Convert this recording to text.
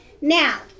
Now